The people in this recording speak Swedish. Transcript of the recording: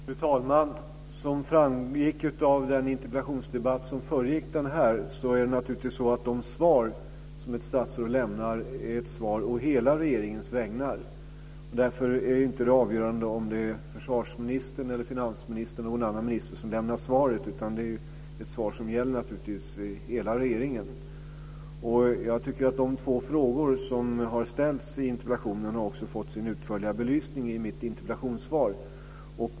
Fru talman! Som framgick av den interpellationsdebatt som föregick denna så är det naturligtvis så att de svar som ett statsråd lämnar är svar å hela regeringens vägnar. Därför är det inte avgörande om det är försvarsministern, finansministern eller någon annan minister som lämnar svaret, utan det är naturligtvis ett svar som gäller hela regeringen. Jag tycker att de två frågor som har ställts i interpellationen också har fått en utförlig belysning i mitt interpellationssvar.